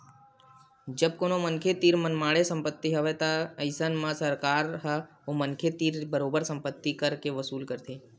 जब कोनो मनखे तीर मनमाड़े संपत्ति हवय अइसन म सरकार ह ओ मनखे तीर ले बरोबर संपत्ति कर के वसूली करथे